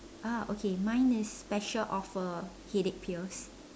ah okay mine is special offer headache pills